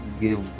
give